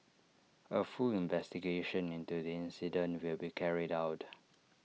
A full investigation into the incident will be carried out